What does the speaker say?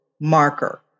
marker